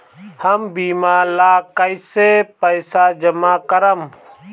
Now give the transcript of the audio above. हम बीमा ला कईसे पईसा जमा करम?